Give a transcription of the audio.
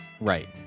Right